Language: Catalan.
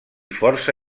força